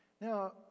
Now